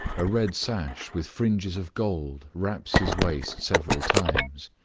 a red sash with fringes of gold wraps his waist several times.